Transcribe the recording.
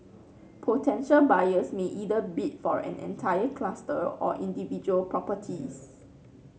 potential buyers may either bid for an entire cluster or individual properties